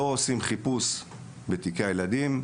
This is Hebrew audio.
לא מבצעים חיפושים בתיקי הילדים,